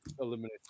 eliminate